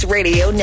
Radio